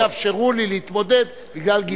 שלא יאפשרו לי להתמודד בגלל גילי הצעיר.